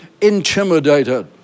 intimidated